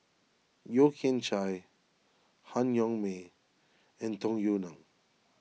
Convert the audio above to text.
Yeo Kian Chye Han Yong May and Tung Yue Nang